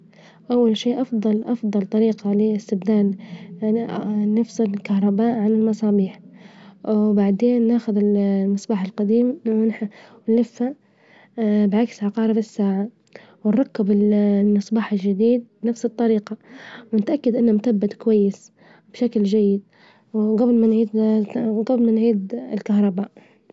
أول شي أفظل أفظل طريقة نفرد الكهرباء عن المصابيح، وبعدين ناخذ المصباح القديم ونلفه، بعكس عقارب الساعة، ونركب المصباح الجديد نفس الطريجة، نتأكد إنه مثبت كويس بشكل جيد، وجبل ما نعيد- وجبل ما نعيد الكهرباء.